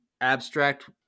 abstract